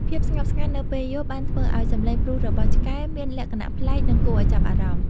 ភាពស្ងប់ស្ងាត់នៅពេលយប់បានធ្វើឱ្យសំឡេងព្រុសរបស់ឆ្កែមានលក្ខណៈប្លែក និងគួរឱ្យចាប់អារម្មណ៍។